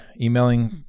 emailing